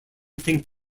think